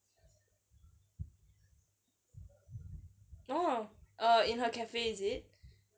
oh err in her cafe is it